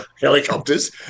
helicopters